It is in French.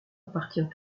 appartient